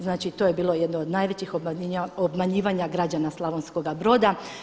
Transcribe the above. Znači to je bilo jedno od najvećih obmanjivanja građana Slavonskoga Broda.